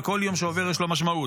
וכל יום שעובר יש לו משמעות,